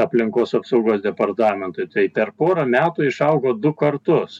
aplinkos apsaugos departamentui tai per pora metų išaugo du kartus